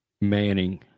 Manning